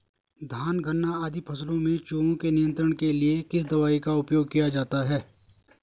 धान गन्ना आदि फसलों में चूहों के नियंत्रण के लिए किस दवाई का उपयोग किया जाता है?